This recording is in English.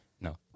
No